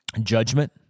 judgment